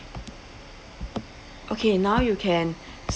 okay now you can